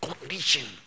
condition